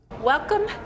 Welcome